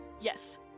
Yes